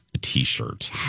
t-shirt